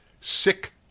Sick